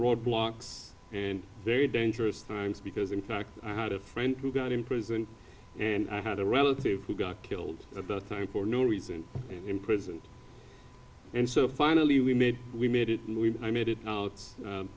roadblocks and very dangerous times because in fact i had a friend who got in prison and i had a relative who got killed at the time for no reason in prison and so finally we made we made it we made it